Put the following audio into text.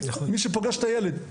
מי שפוגש את הילד,